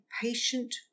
patient